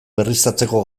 berriztatzeko